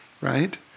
right